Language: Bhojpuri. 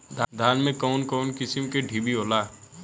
धान में कउन कउन किस्म के डिभी होला?